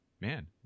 Man